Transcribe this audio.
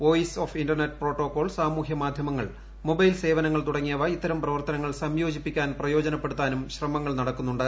voice of internet protocol സാമൂഹ്യ മാധ്യമങ്ങൾ mobile സേവനങ്ങൾ തുടങ്ങിയവ ഇത്തരം പ്രവർത്തനങ്ങൾ സംയോജിപ്പിക്കാൻ പ്രയോജനപ്പെടുത്താനും ശ്രമങ്ങൾ നടക്കുന്നുണ്ട്